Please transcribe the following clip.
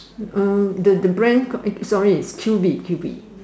uh the the brand eh sorry it's Q_V Q_V